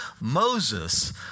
Moses